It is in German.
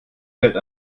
fällt